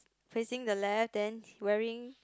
facing the left then wearing